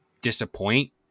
disappoint